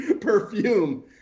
perfume